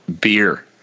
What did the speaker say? Beer